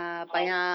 ah